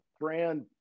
brand